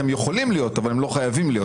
הם יכולים להיות, אבל הם לא חייבים להיות.